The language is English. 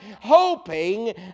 hoping